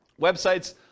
websites